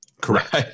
Correct